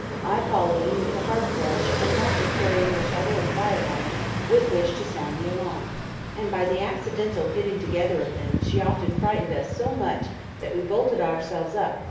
i following with the hearth-brush, and martha carrying the shovel and fire-irons with which to sound the alarm and by the accidental hitting together of them she often frightened us so much that we bolted ourselves up,